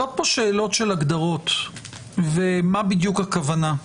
עולות כאן שאלות של הגדרות ומה בדיוק הכוונה.